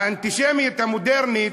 האנטישמיות המודרנית,